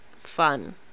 fun